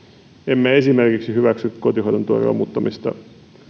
emme esimerkiksi hyväksy kotihoidon tuen romuttamista